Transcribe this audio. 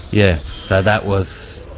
yeah so that was,